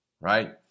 right